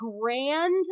grand